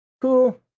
Cool